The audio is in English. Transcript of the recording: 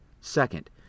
Second